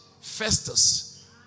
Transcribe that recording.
Festus